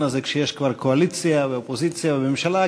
הזה כשכבר יש קואליציה ואופוזיציה וממשלה,